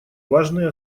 важный